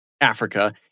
Africa